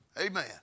Amen